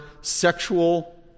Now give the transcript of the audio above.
sexual